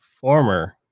former